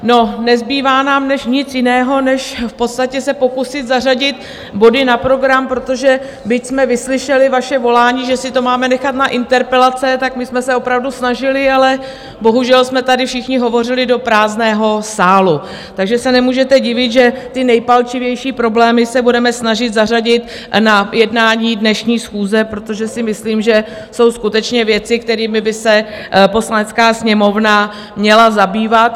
No, nezbývá nám nic jiného, než v podstatě se pokusit zařadit body na program, protože byť jsme vyslyšeli vaše volání, že si to máme nechat na interpelace, tak my jsme se opravdu snažili, ale bohužel jsme tady všichni hovořili do prázdného sálu, takže se nemůžete divit, že ty nejpalčivější problémy se budeme snažit zařadit na jednání dnešní schůze, protože si myslím, že jsou skutečně věci, kterými by se Poslanecká sněmovna měla zabývat.